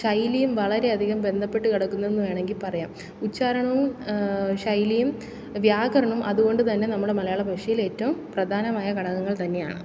ശൈലിയും വളരെയധികം ബന്ധപ്പെട്ട് കിടക്കുന്നു എന്ന് വേണമെങ്കില് പറയാം ഉച്ചാരണവും ശൈലിയും വ്യാകരണവും അതുകൊണ്ടുതന്നെ നമ്മുടെ മലയാളഭാഷയിൽ ഏറ്റവും പ്രധാനമായ ഘടകങ്ങൾ തന്നെയാണ്